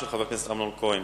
של חבר הכנסת אמנון כהן.